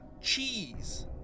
cheese